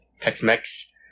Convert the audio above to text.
Tex-Mex